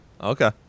okay